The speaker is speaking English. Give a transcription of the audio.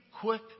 quick